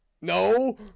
No